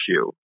issue